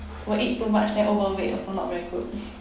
will eat too much then overweight also not very good